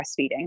breastfeeding